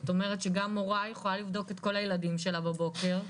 את אומרת שגם מורה יכולה לבדוק את כל הילדים שלה בבוקר,